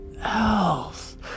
else